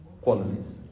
qualities